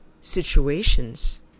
situations